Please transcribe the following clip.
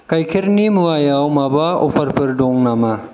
गायखेरनि मुवायाव माबा अफारफोर दङ नामा